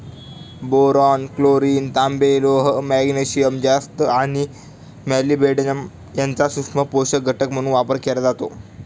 boron, chlorine, तांबे, लोह, magnesium, जस्त आणि मॉलिब्डेनम यांचा सूक्ष्म पोषक घटक म्हणून वापर केला जातो